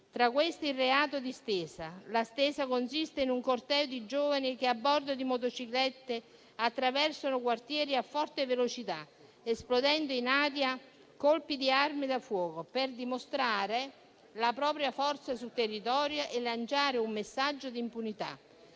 tra gli altri, il reato di *stesa*, che consiste in un corteo di giovani che a bordo di motociclette attraversano i quartieri a forte velocità, esplodendo in aria colpi di armi da fuoco per dimostrare la propria forza sul territorio e lanciare un messaggio di impunità.